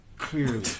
clearly